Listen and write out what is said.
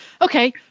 Okay